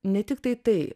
ne tiktai tai